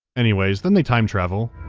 anyways, then they time travel.